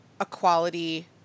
equality